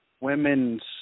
women's